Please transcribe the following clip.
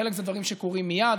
חלק זה דברים שקורים מייד,